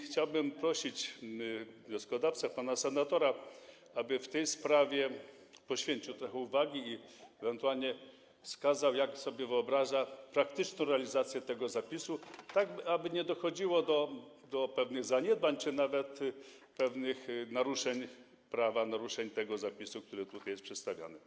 Chciałbym prosić wnioskodawcę, pana senatora, aby tej sprawie poświęcił trochę uwagi i ewentualnie wskazał, jak sobie wyobraża praktyczną realizację tego zapisu, aby nie dochodziło do zaniedbań czy nawet pewnych naruszeń prawa, naruszeń tego zapisu, który tutaj jest przedstawiany.